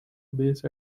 base